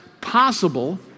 possible